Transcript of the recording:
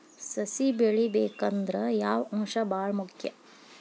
ಸಸಿ ಬೆಳಿಬೇಕಂದ್ರ ಯಾವ ಅಂಶ ಭಾಳ ಮುಖ್ಯ?